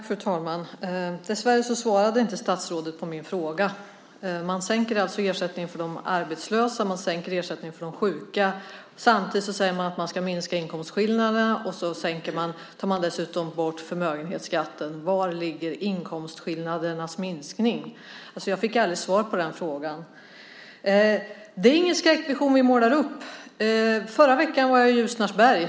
Fru talman! Dessvärre svarade inte statsrådet på min fråga. Man sänker ersättningen för de arbetslösa och de sjuka. Samtidigt säger man att man ska minska inkomstskillnaderna, och så tar man dessutom bort förmögenhetsskatten. Var ligger minskningen i inkomstskillnaderna? Jag fick aldrig svar på den frågan. Det är ingen skräckvision vi målar upp. Förra veckan var jag i Ljusnarsberg.